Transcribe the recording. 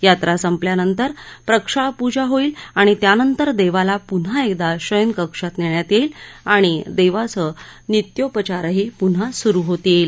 यात्रा संपल्यानंतर प्रक्षाळपूजा होईल आणि त्यानंतर देवाला प्न्हा एकदा शयनकक्षात नेण्यात येईल आणि देवाचे नित्योपचारही प्न्हा स्रु होतील